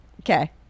Okay